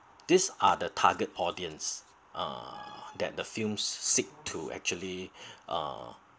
these are the target audience uh that the film seeks to actually uh